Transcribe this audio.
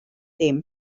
dim